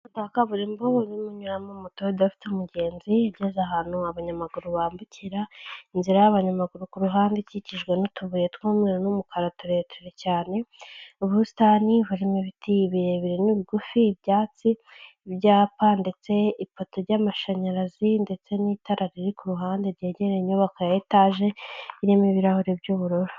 Umuhanda wa kaburimbo urimo unyuramo moto idafite umugenzi, igeze ahantu abanyamaguru bambukira, inzira y'abanyamaguru ku ruhande ikikijwe n'utubuye tw'umweru n'umukara tureture cyane, ubusitani burimo ibiti ibirebire n'ibigufi, ibyatsi, ibyapa ndetse ipoto ry'amashanyarazi ndetse n'itara riri ku ruhande ryegereye inyubako ya etaje, irimo ibirahuri by'ubururu.